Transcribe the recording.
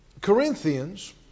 Corinthians